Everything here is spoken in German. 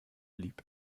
lieb